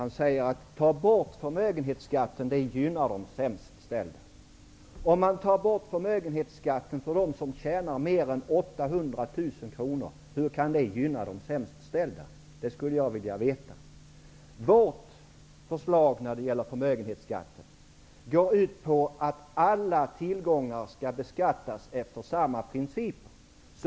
Han säger att man skall ta bort förmögenhetsskatten, eftersom det gynnar de sämst ställda. Hur kan det gynna de sämst ställda om man tar bort förmögenhetsskatten för dem som har en förmögenhet på mer än 800 000 kronor? Det skulle jag vilja veta. Vårt förslag när det gäller förmögenhetsskatten går ut på att alla tillgångar skall beskattas efter samma princip.